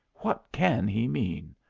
what can he mean?